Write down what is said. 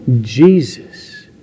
Jesus